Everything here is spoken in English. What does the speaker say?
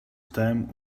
time